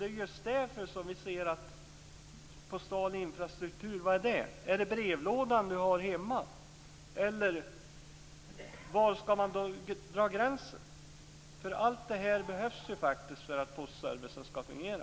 Det är just därför som vi undrar vad postal infrastruktur är. Är det brevlådan hemma? Var skall gränsen dras? Allt det här behövs ju för att postservicen skall fungera.